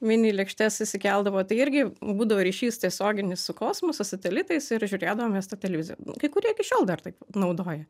mini lėkštes išsikeldavo tai irgi būdavo ryšys tiesioginis su kosmosu satelitais ir žiūrėdavom mes tą televiziją kai kurie iki šiol dar taip naudoja